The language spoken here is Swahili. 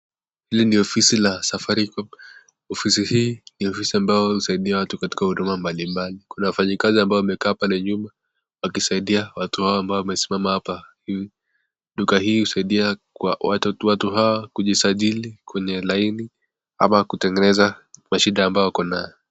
Hili ni ofisi la safaricom, ofisi hii ni ofisi husaidia watu katika huduma mbalimbali, kuna wafanyi kazi amabo wamekaa pale nyuma wakisaidia watu hao ambao wamekaa hapo, duka husaidia kwa watu hao kujisajili kwenye laini ama kutengeneza mashida ambayo wako nayo.